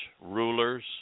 rulers